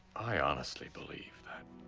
i honestly believe that